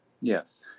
Yes